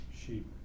sheep